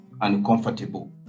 uncomfortable